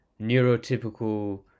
neurotypical